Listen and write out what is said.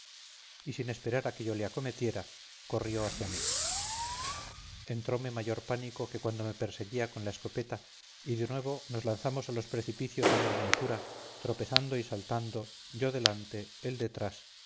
y sin esperar a que yo le acometiera corrió hacia mí entrome mayor pánico que cuando me perseguía con la escopeta y de nuevo nos lanzamos a los precipicios en miniatura tropezando y saltando yo delante él detrás